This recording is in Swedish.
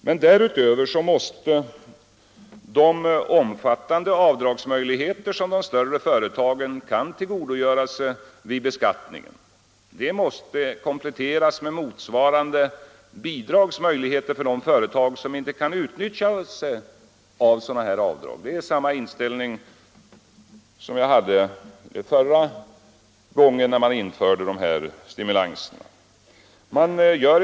Men därutöver måste de omfattande avdragsmöjligheter som de större företagen kan utnyttja vid beskattningen kompletteras med motsvarande bidragsmöjligheter för de företag som inte kan utnyttja sådana avdrag. Detta är sålunda samma inställning som jag hade förra gången när man införde dessa stimulanser.